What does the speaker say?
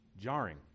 jarring